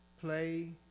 play